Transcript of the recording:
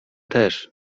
też